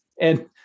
and-